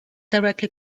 directly